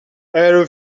elle